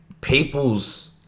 People's